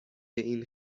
این